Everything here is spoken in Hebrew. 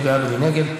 מי בעד ומי נגד?